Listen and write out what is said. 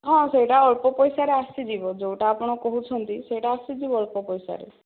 ହଁ ସେଇଟା ଅଳ୍ପ ପଇସା ରେ ଆସିଯିବ ଯେଉଁଟା ଆପଣ କହୁଛନ୍ତି ସେଇଟା ଆସିଯିବ ଅଳ୍ପ ପଇସା ରେ